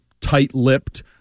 tight-lipped